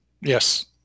Yes